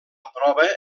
prova